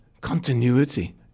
Continuity